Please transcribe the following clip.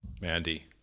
Mandy